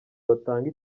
batanga